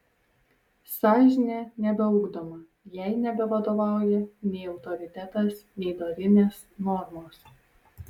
sąžinė nebeugdoma jai nebevadovauja nei autoritetas nei dorinės normos